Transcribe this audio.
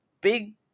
big